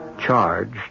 charged